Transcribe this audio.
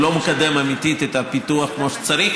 והוא לא מקדם אמיתית את הפיתוח כמו שצריך,